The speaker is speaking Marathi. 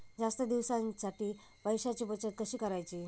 जास्त दिवसांसाठी पैशांची बचत कशी करायची?